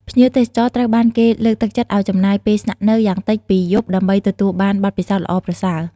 ភ្ញៀវទេសចរត្រូវបានគេលើកទឹកចិត្តឱ្យចំណាយពេលស្នាក់នៅ យ៉ាងតិចពីរយប់ ដើម្បីទទួលបានបទពិសោធន៍ល្អប្រសើរ។